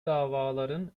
davaların